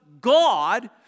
God